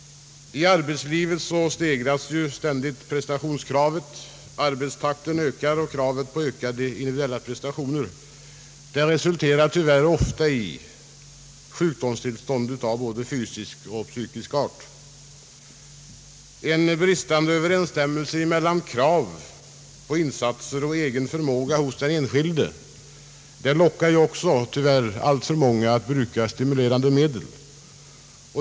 I arbetslivet ökas prestationskravet ständigt. Arbetstakten stegras, och kravet på ökade individuella prestationer resulterar tyvärr ofta i sjukdomstillstånd av både fysisk och psykisk art. En bristande överensstämmelse mellan krav på insatser och egen förmåga hos den enskilde lockar också tyvärr alltför många att bruka stimulerande medel.